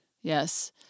Yes